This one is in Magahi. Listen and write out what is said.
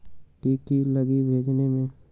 की की लगी भेजने में?